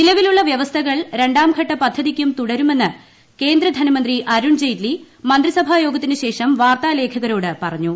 നിലവിലുള്ള വൃവസ്ഥകൾ രണ്ടാംഘട്ട പദ്ധതിക്കും തുടരുമെന്ന് കേന്ദ്രധനമന്ത്രി അരുൺ ജെയ്റ്റ്ലി മന്ത്രിസഭായോഗത്തിന് ശേഷം വാർത്താലേഖകരോട് പറഞ്ഞു